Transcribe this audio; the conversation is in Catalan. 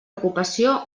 ocupació